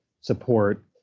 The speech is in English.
support